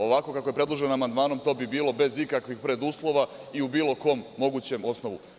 Ovako kako je predloženo amandmanom, to bi bilo bez ikakvih preduslova i u bilo kom mogućem osnovu.